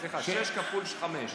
סליחה, שש כפול חמש.